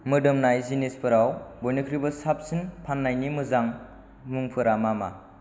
मोदोमनाय जिनिसफोराव बयनिख्रुइबो साबसिन फान्नायनि मोजां मुंफोरा मा मा